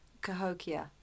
Cahokia